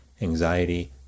anxiety